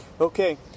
okay